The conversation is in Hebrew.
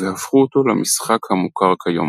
והפכו אותו למשחק המוכר כיום.